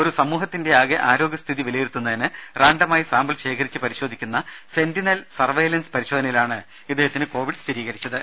ഒരു സമൂഹത്തിന്റെയാകെ ആരോഗ്യസ്ഥിതി വിലയിരുത്തുന്നതിന് റാണ്ടമായി സാമ്പിൾ ശേഖരിച്ച് പരിശോധിക്കുന്ന സെന്റിനൽ സർവെയ്ലൻസ് പരിശോധനയിലാണ് ഇദ്ദേഹത്തിന് കോവിഡ് സ്ഥിരീകരിച്ചത്